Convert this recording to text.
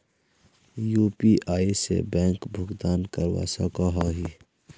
UPI से bank भुगतान करवा सकोहो ही?